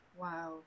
wow